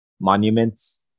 monuments